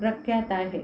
प्रख्यात आहे